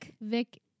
Vic